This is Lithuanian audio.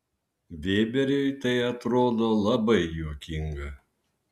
vėberiui tai atrodo labai juokinga